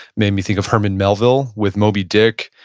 made me think of herman melville, with moby dick,